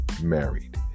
married